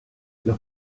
los